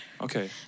Okay